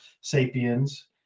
Sapiens